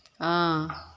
ஆ